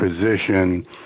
position